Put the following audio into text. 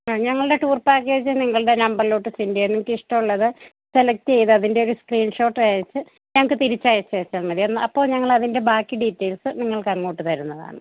ഞങ്ങളുടെ tour package നിങ്ങളുടെ നമ്പറിലോട്ട് സെൻ്റെയ്യാം നിങ്ങള്ക്കിഷ്ടമുള്ളത് സെലക്ടെയ്തതിന്റെ ഒരു സ്ക്രീൻ ഷോട്ട് അയച്ചു ഞങ്ങള്ക്കു തിരിച്ചയച്ചേച്ചാല് മതി അപ്പോള് ഞങ്ങളതിൻ്റെ ബാക്കി ഡീറ്റെയിൽസ് നിങ്ങൾക്ക് അങ്ങോട്ട് തരുന്നതാണ്